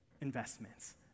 investments